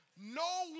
No